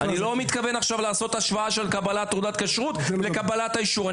אני לא מתכוון עכשיו לעשות השוואה של קבלת תעודת כשרות לקבלת האישור.